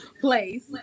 place